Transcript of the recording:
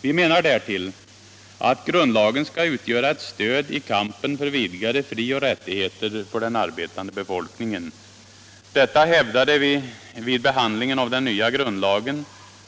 Vi menar därtill att grundlagen skall utgöra ett stöd i kampen för vidgade frioch rättigheter för den arbetande befolkningen. Detta hävdade vi vid behandlingen av den nya grundlagen,